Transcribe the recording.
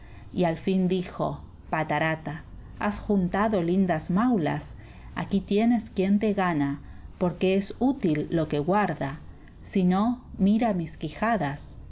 y al fin dijo patarata has juntado lindas maulas aquí tienes quien te gana porque es útil lo que guarda si no mira mis quijadas